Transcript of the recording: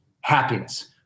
happiness